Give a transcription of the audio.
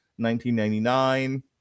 1999